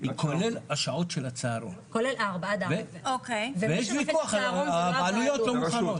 כולל השעות של הצהרון ויש כוח הבעלויות לא מוכנות.